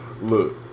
look